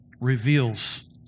reveals